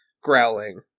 growling